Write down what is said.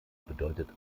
bedeutet